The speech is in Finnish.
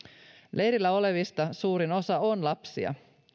leirillä olevista suurin osa on lapsia